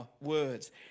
words